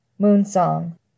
Moonsong